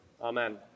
Amen